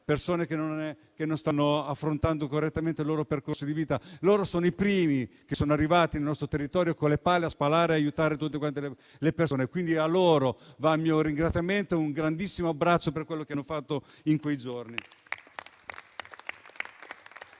persone che non stanno affrontando correttamente il loro percorso di vita. Loro sono arrivati per primi nel nostro territorio con le pale a spalare e ad aiutare tutti. A loro va quindi il mio ringraziamento e un grandissimo abbraccio per quello che hanno fatto in quei giorni.